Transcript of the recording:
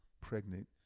pregnant